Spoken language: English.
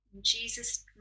Jesus